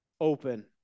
open